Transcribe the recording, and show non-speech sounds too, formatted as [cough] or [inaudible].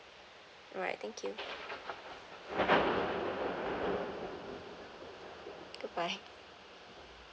alright thank you goodbye [laughs]